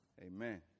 amen